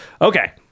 Okay